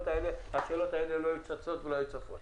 השאלות לא היו צפות בכלל.